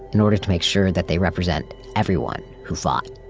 in order to make sure that they represent everyone who fought.